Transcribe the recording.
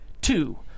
two